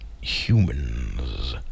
Humans